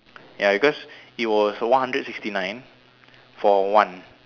ya because it was one hundred sixty nine for one